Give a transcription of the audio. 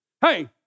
Hey